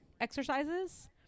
exercises